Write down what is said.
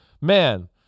man